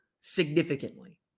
significantly